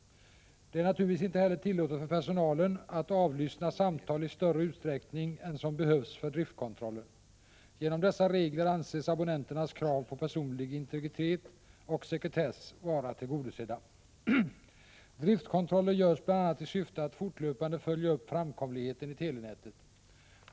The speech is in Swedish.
Det är naturligtvis inte heller tillåtet för personalen att avlyssna samtal i större utsträckning än som behövs för driftkontrollen. Genom dessa regler anses abonnenternas krav på personlig integritet och sekretess vara tillgodosedda. Driftkontroller görs bl.a. i syfte att fortlöpande följa upp framkomlighetenitelenätet.